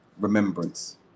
remembrance